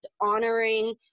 honoring